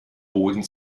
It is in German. boden